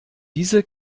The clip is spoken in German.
diese